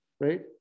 right